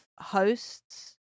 hosts